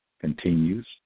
Continues